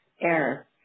air